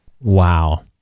Wow